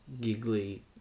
giggly